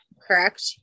correct